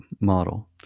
model